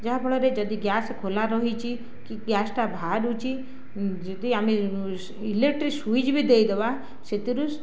ଯାହାଫଳରେ ଯଦି ଗ୍ୟାସ୍ ଖୋଲା ରହିଛି କି ଗ୍ୟାସ୍ଟା ବାହାରୁଛି ଯଦି ଆମେ ଇଲେକ୍ଟ୍ରି ସ୍ୱିଚ୍ ବି ଦେଇଦେବା ସେଥିରୁ